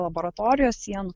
laboratorijos sienų